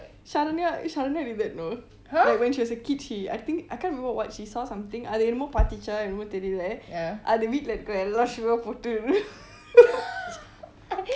saranya saranya did that you know like when she was a kid she I think I can't remember what she saw something அது என்னமோ பார்துச்சா என்னமோ தெரியல அது வீட்ல இருக்கிர எல்லா போட்டு unk:atu ennamo paartucha ennamo teriyala atu veetla irukira ella pootu unk